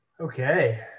okay